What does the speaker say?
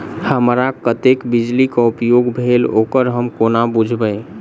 हमरा कत्तेक बिजली कऽ उपयोग भेल ओकर हम कोना बुझबै?